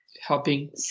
Helping